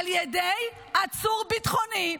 על ידי עצור ביטחוני,